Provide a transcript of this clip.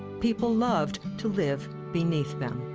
people loved to live beneath them.